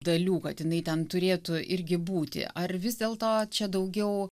dalių kad jinai ten turėtų irgi būti ar vis dėlto čia daugiau